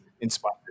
inspired